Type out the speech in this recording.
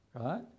right